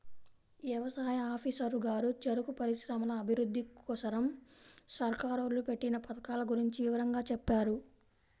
యవసాయ ఆఫీసరు గారు చెరుకు పరిశ్రమల అభిరుద్ధి కోసరం సర్కారోళ్ళు పెట్టిన పథకాల గురించి వివరంగా చెప్పారు